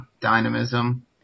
dynamism